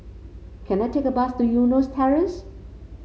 can I take a bus to Eunos Terrace